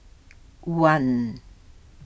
one